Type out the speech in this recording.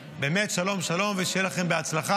באמת, שלום, שלום, ושיהיה לכן בהצלחה.